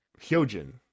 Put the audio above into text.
Hyojin